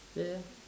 there